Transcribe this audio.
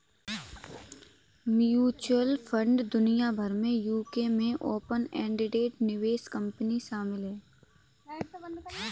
mutual fund दुनिया भर में यूके में ओपन एंडेड निवेश कंपनी शामिल हैं